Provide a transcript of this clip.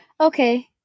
Okay